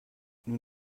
nous